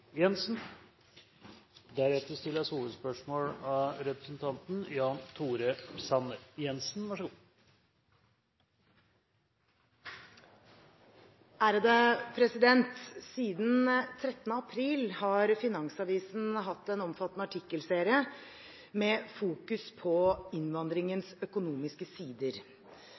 Jensen. Siden 13. april har Finansavisen hatt en omfattende artikkelserie med fokusering på innvandringens økonomiske sider.